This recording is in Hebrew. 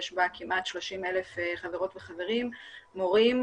יש בה כמעט 30,000 חברות וחברים מורים,